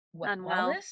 unwell